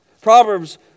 proverbs